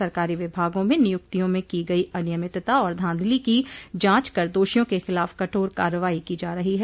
सरकारी विभागों में नियुक्तियों में की गई अनियमितता और धांधली की जांच कर दोषियों के खिलाफ कठोर कार्रवाई की जा रही है